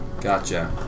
Gotcha